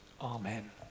Amen